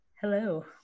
Hello